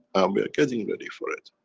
we are getting ready for it.